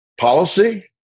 policy